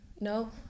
no